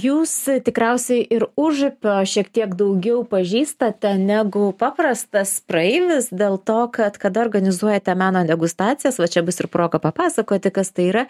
jūs tikriausiai ir užupio šiek tiek daugiau pažįstate negu paprastas praeivis dėl to kad kada organizuojate meno degustacijas va čia bus ir proga papasakoti kas tai yra